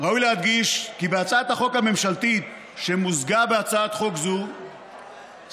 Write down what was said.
ראוי להדגיש כי בהצעת החוק הממשלתית שמוזגה בהצעת חוק זו סברה